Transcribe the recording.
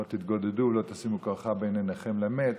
"לא תִתְגֹּדְדוּ ולא תשימו קָרְחָה בין עיניכם לָמת",